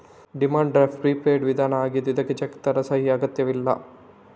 demand draft prepaid ವಿಧಾನ ಆಗಿದ್ದು ಇದ್ಕೆ ಚೆಕ್ ತರ ಸಹಿ ಅಗತ್ಯವಿಲ್ಲ